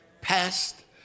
passed